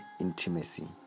Intimacy